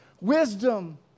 wisdom